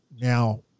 Now